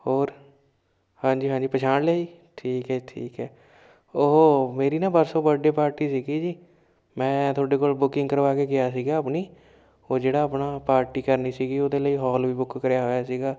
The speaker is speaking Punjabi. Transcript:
ਹੋਰ ਹਾਂਜੀ ਹਾਂਜੀ ਪਛਾਣ ਲਿਆ ਜੀ ਠੀਕ ਹੈ ਠੀਕ ਹੈ ਉਹ ਮੇਰੀ ਨਾ ਪਰਸੋਂ ਬਰਡੇ ਪਾਰਟੀ ਸੀਗੀ ਜੀ ਮੈਂ ਤੁਹਾਡੇ ਕੋਲ ਬੁਕਿੰਗ ਕਰਵਾ ਕੇ ਗਿਆ ਸੀਗਾ ਆਪਣੀ ਉਹ ਜਿਹੜਾ ਆਪਣਾ ਪਾਰਟੀ ਕਰਨੀ ਸੀਗੀ ਉਹਦੇ ਲਈ ਹੋਲ ਵੀ ਬੁੱਕ ਕਰਿਆ ਹੋਇਆ ਸੀਗਾ